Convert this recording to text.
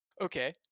Okay